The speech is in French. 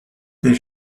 tes